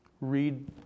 Read